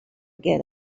get